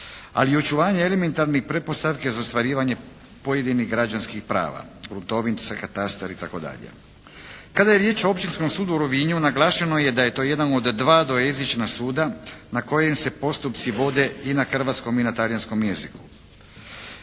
Ali i očitovanje elementarnih pretpostavki za ostvarivanje pojedinih građanskih prava, gruntovnica, katastar itd. Kada je riječ o Općinskom sudu u Rovinju naglašeno je da je to jedan od dva dvojezična suda na kojem se postupci vode i na hrvatskom i na talijanskom jeziku.